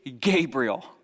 Gabriel